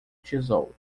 tesouro